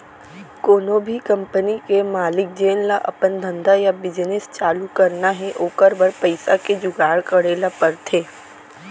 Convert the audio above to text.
कोनो भी कंपनी के मालिक जेन ल अपन धंधा या बिजनेस चालू करना हे ओकर बर पइसा के जुगाड़ करे ल परथे